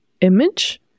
image